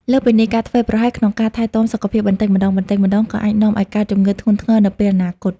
លើសពីនេះ ការធ្វេសប្រហែសក្នុងការថែទាំសុខភាពបន្តិចម្តងៗ ក៏អាចនាំឱ្យកើតជំងឺធ្ងន់ធ្ងរនៅពេលអនាគត។